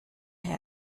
also